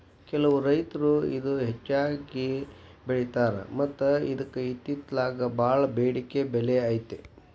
ಕೆಲವು ರೈತರು ಇದ ಹೆಚ್ಚಾಗಿ ಬೆಳಿತಾರ ಮತ್ತ ಇದ್ಕ ಇತ್ತಿತ್ತಲಾಗ ಬಾಳ ಬೆಡಿಕೆ ಬೆಲೆ ಐತಿ